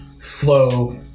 flow